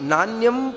Nanyam